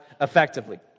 effectively